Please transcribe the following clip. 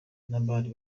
n’abari